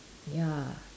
ya